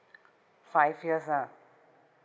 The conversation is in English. five years lah